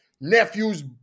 Nephew's